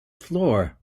floor